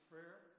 Prayer